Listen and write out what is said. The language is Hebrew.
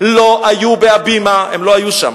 לא היו ב"הבימה", הם לא היו שם.